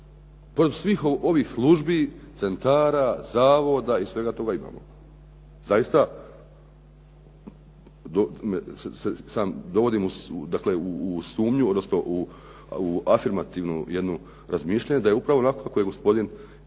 Pored svih ovih službi, centara, zavoda i svega toga imamo. Zaista dovodimo u sumnju dakle u afirmativno razmišljanje da je upravo onako kako je gospodin iz